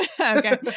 Okay